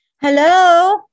Hello